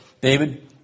David